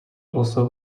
also